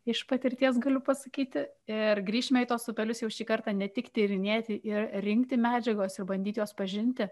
iš patirties galiu pasakyti ir grįšime į tuos upelius jau šį kartą ne tik tyrinėti ir rinkti medžiagos ir bandyti juos pažinti